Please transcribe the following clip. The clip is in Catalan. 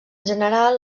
general